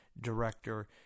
director